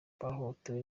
bahohoterwa